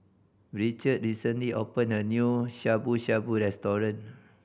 Richmond recently opened a new Shabu Shabu Restaurant